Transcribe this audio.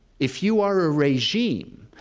if you are a regime,